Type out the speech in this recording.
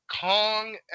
Kong